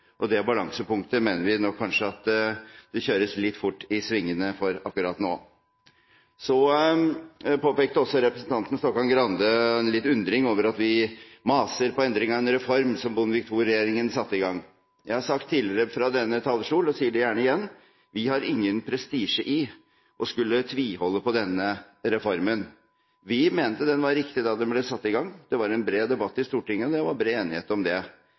det gjelder det balansepunktet, mener vi kanskje at det kjøres litt fort i svingene akkurat nå. Representanten Stokkan-Grande undret seg litt over at vi maser på endring av en reform som Bondevik II-regjeringen satte i gang. Jeg har sagt det tidligere fra denne talerstolen, og jeg sier det gjerne igjen: Vi har ingen prestisje i å skulle tviholde på denne reformen. Vi mente den var riktig da den ble satt i gang. Det var en bred debatt i Stortinget, og det var bred enighet om